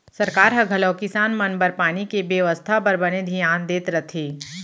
सरकार ह घलौक किसान मन बर पानी के बेवस्था बर बने धियान देत रथे